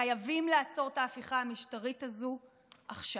חייבים לעצור את ההפיכה המשטרית הזו עכשיו.